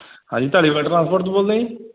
ਹਾਂਜੀ ਧਾਲੀਵਾਲ ਟਰਾਂਸਪੋਰਟ ਤੋਂ ਬੋਲਦੇ ਹੈ ਜੀ